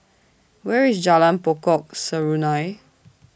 Where IS Jalan Pokok Serunai